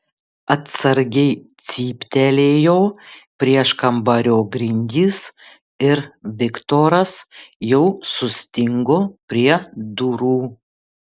atsargiai cyptelėjo prieškambario grindys ir viktoras jau sustingo prie durų